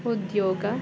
ಉದ್ಯೋಗ